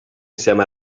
insieme